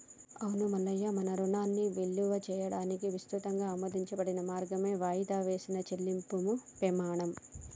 అవును మల్లయ్య మన రుణాన్ని ఇలువ చేయడానికి ఇసృతంగా ఆమోదించబడిన మార్గమే వాయిదా వేసిన చెల్లింపుము పెమాణం